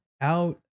out